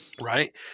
right